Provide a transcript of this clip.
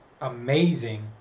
amazing